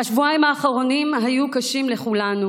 השבועיים האחרונים היו קשים לכולנו.